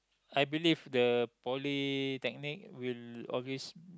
I believe the Polytechnic will always